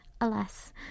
Alas